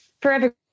forever